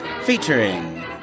Featuring